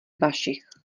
vašich